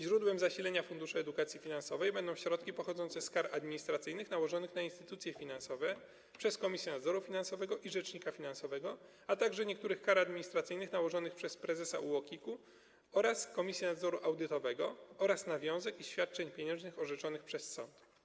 Źródłem zasilania Funduszu Edukacji Finansowej będą środki pochodzące z kar administracyjnych nałożonych na instytucje finansowe przez Komisję Nadzoru Finansowego i rzecznika finansowego, a także z niektórych kar administracyjnych nałożonych przez prezesa UOKiK-u oraz Komisję Nadzoru Audytowego, jak również z nawiązek i świadczeń pieniężnych orzeczonych przez sąd.